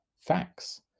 facts